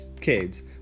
kids